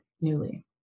newly